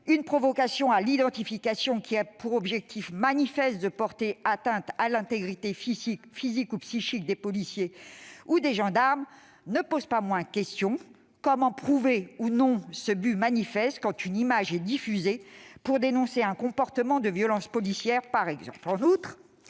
une « provocation à l'identification » qui a pour objectif « manifeste » de porter atteinte à l'intégrité physique ou psychique des policiers ou des gendarmes ne pose pas moins question. Comment prouver ou non ce but manifeste quand une image est diffusée pour dénoncer un comportement de violence policière, par exemple